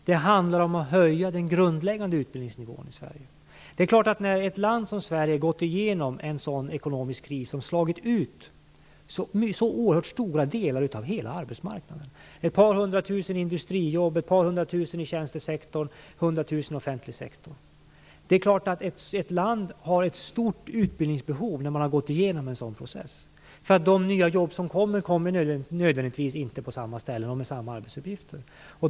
Den handlar om att höja den grundläggande utbildningsnivån i Sverige. Vårt land har gått igenom en ekonomisk kris som slagit ut så oerhört stora delar av hela arbetsmarknaden - ett par hundra tusen industrijobb, ett par hundra tusen i tjänstesektorn och hundra tusen i den offentliga sektorn. Ett land som har gått igenom en sådan process har ett stort utbildningsbehov. De nya jobben kommer nödvändigtvis inte på samma ställen och med samma arbetsuppgifter som tidigare.